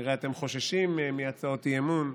כנראה אתם חוששים מהצעות אי-אמון,